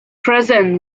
prison